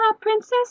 princess